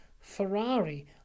Ferrari